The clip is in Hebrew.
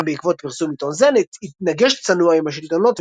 גם בעקבות פרסום עיתון זה התנגש צנוע עם השלטונות,